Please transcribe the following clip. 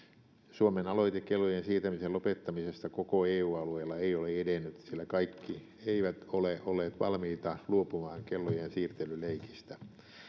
suomen aloite kellojen siirtämisen lopettamisesta koko eu alueella ei ole edennyt sillä kaikki eivät ole olleet valmiita luopumaan kellojensiirtelyleikistä